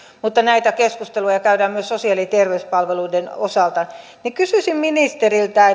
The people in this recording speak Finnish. mutta näitä keskusteluja käydään myös sosiaali ja terveyspalveluiden osalta kysyisin ministeriltä